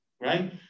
right